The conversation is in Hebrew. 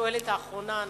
השואלת האחרונה.